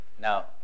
Now